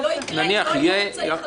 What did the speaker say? אבל זה לא יקרה אם לא יהיה אמצעי חלופי.